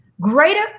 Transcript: greater